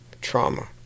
trauma